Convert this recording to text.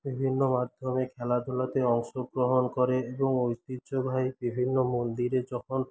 বিভিন্ন মাধ্যমে খেলাধুলাতে অংশগ্রহণ করে এবং ঐতিহ্যবাহী বিভিন্ন মন্দিরে যখন